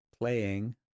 playing